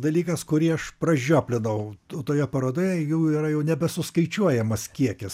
dalykas kurį aš pražioplinau toje parodoje jų yra jau nesuskaičiuojamas kiekis